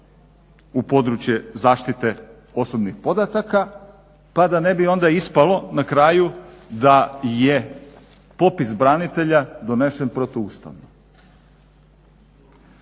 u područje zaštite osobnih podataka pa da ne bi onda ispalo na kraju da je popis branitelja donesen protuustavno.